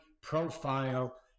profile